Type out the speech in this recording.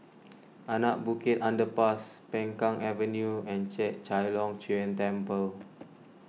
Anak Bukit Underpass Peng Kang Avenue and Chek Chai Long Chuen Temple